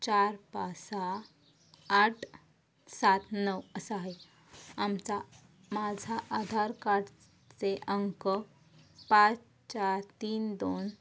चार पाच सहा आठ सात नऊ असा आहे आमचा माझा आधार कार्डचे अंक पाच चार तीन दोन